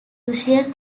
russian